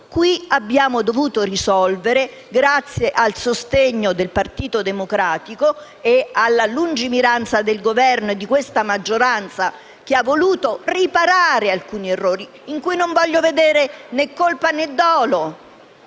sede abbiamo dovuto risolvere il problema, grazie al sostegno del Partito Democratico e alla lungimiranza del Governo e di questa maggioranza, che hanno voluto riparare ad alcuni errori, in cui non voglio vedere né colpa, né dolo: